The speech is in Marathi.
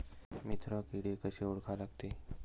मित्र किडे कशे ओळखा लागते?